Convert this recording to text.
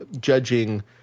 judging